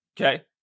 okay